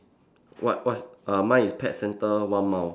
what what err mine is pet centre one mile